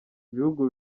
ibihugu